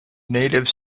native